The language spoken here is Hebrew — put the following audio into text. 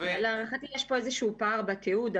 להערכתי יש פה איזשהו פער בתיעוד,